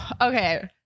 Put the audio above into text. Okay